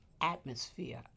atmosphere